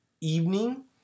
evening